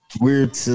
weird